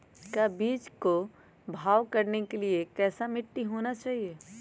का बीज को भाव करने के लिए कैसा मिट्टी होना चाहिए?